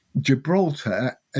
Gibraltar